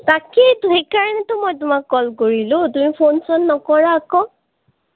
তাকেইতো সেইকাৰণেটো মই তোমাক কল কৰিলোঁ তুমি ফোন চোন নকৰা আকৌ